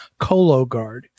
ColoGuard